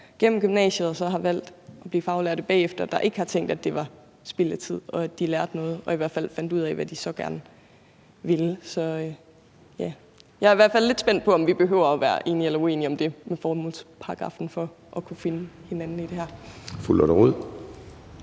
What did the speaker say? gennem gymnasiet og så har valgt at blive faglærte bagefter, og som ikke har tænkt, at det var spild af tid, men at de lærte noget og i hvert fald fandt ud af, hvad de så gerne ville. Jeg er i hvert fald lidt spændt på, om vi behøver at være enige eller uenige om det med formålsparagraffen for at kunne finde hinanden i det her. Kl.